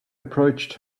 approached